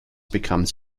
becomes